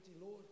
Lord